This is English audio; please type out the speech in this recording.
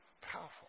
powerful